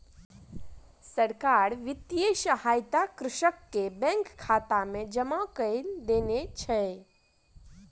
सरकार वित्तीय सहायता कृषक के बैंक खाता में जमा कय देने छै